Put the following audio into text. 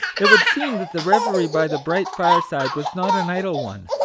it would seem that the reverie by the bright fireside was not an idle one,